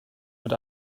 mit